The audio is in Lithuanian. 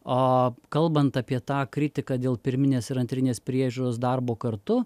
o kalbant apie tą kritiką dėl pirminės ir antrinės priežiūros darbo kartu